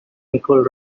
nicole